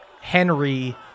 Henry